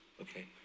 Okay